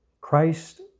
Christ